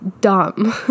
dumb